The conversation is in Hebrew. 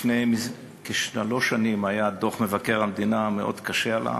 לפני כשלוש שנים היה דוח מאוד קשה של מבקר המדינה על האגף.